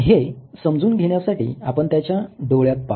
हे समजून घेण्यासाठी आपण त्याच्या डोळ्यात पाहू